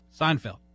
Seinfeld